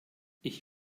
ich